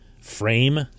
frame